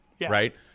right